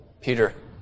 Peter